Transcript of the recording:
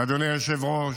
אדוני היושב-ראש,